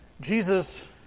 Jesus